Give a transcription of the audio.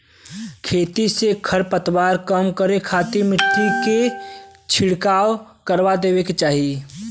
खेत से खरपतवार कम करे खातिर मट्टी में छिड़काव करवा देवे के चाही